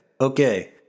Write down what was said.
Okay